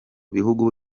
bihugu